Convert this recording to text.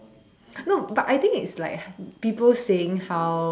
no but I think it's like people saying how